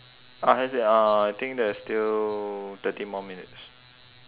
uh has it uh I think there's still thirty more minutes